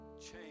change